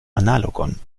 analogon